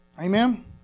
Amen